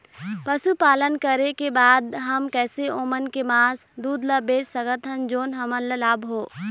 पशुपालन करें के बाद हम कैसे ओमन के मास, दूध ला बेच सकत हन जोन हमन ला लाभ हो?